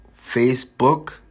Facebook